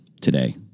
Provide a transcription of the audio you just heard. today